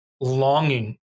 longing